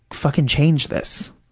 fucking change this.